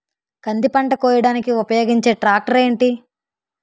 కంది పంట కోయడానికి ఉపయోగించే ట్రాక్టర్ ఏంటి?